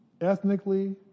ethnically